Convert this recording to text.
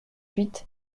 huit